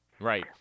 Right